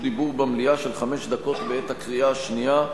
דיבור במליאה של חמש דקות בעת הקריאה השנייה,